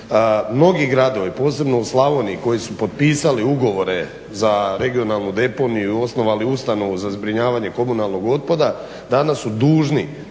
Mnogi gradovi, posebno u Slavoniji koji su potpisali ugovore za regionalnu deponiju i osnovali ustanovu za zbrinjavanje komunalnog otpada danas su dužni,